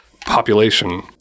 Population